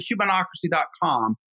humanocracy.com